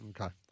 Okay